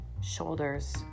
shoulders